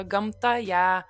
gamtą ją